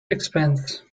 expense